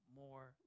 more